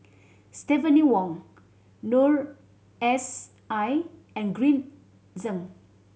Stephanie Wong Noor S I and Green Zeng